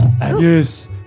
Yes